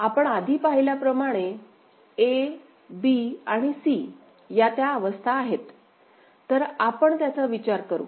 तरआपण आधी पाहिल्याप्रमाणे ab आणि c या त्या अवस्था आहेत तर आपण त्याचा विचार करू